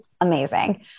amazing